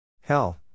Hell